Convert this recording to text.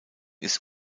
ist